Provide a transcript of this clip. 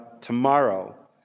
tomorrow